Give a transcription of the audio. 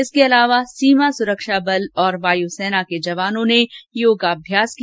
इसके अलावा सीमा सुरक्षा बल और वायू सेना के जवानों ने योगाभ्यास किया